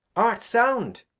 art sound?